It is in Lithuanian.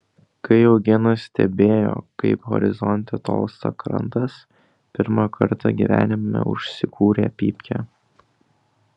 kai eugenas stebėjo kaip horizonte tolsta krantas pirmą kartą gyvenime užsikūrė pypkę